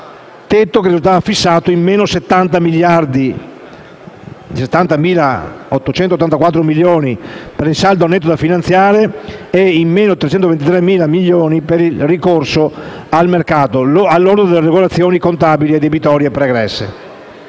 2015, che risultava fissato in meno 70.884 milioni per il saldo netto da finanziare e in meno 323.000 milioni per il ricorso al mercato, al lordo delle regolazioni contabili e debitorie pregresse.